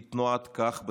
היא תנועת כך בתחפושת.